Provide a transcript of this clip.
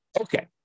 Okay